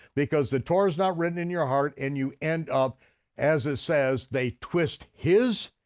because the torah's not written in your heart, and you end up as it says, they twist his,